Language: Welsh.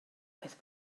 peth